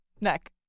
Neck